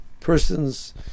person's